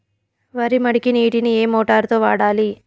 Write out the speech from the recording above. వరి మడికి నీటిని ఏ మోటారు తో వాడాలి?